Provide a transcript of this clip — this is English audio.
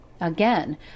again